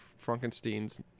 frankenstein's